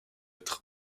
être